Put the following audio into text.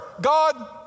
God